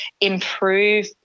improve